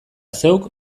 zeuk